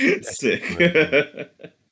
Sick